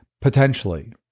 Potentially